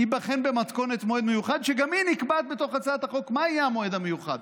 הוא ייבחן במתכונת מועד מיוחד,